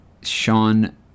Sean